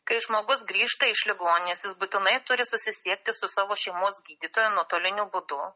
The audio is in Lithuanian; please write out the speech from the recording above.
kai žmogus grįžta iš ligoninės būtinai turi susisiekti su savo šeimos gydytoju nuotoliniu būdu